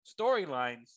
storylines